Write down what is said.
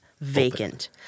vacant